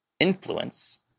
Influence